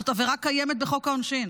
זאת עבירה קיימת בחוק העונשין.